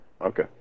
okay